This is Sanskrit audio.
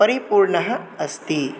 परिपूर्णः अस्ति